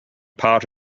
part